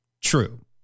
True